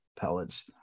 pellets